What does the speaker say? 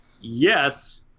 yes